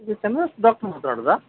ಇದು ಚಂದ್ರಹಾಸ್ ಡಾಕ್ಟ್ರ್ ಮಾತಾಡುದಾ